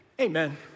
Amen